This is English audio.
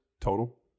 total